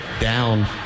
down